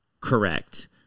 correct